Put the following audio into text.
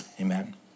Amen